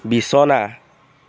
বিছনা